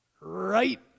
Right